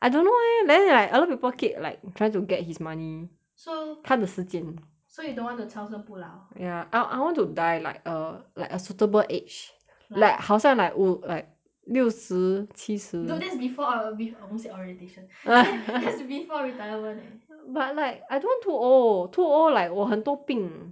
I don't know eh then like a lot of people keep like trying to get his money so 他的时间 so you don't want to 长生不老 ya I I want to die like a like a suitable age like 好像 like 五 like 六十七十 dude that's before ori~ bef~ almost said orientation th~ that's before retirement leh but like I don't want too old too old like 我很多病